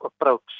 approach